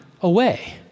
away